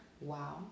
wow